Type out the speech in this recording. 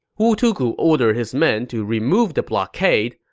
wu tugu ordered his men to remove the blockade,